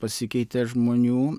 pasikeitė žmonių